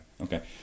Okay